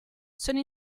sono